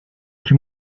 iki